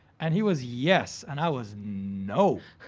and he was yes, and i was no.